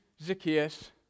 Zacchaeus